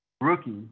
rookie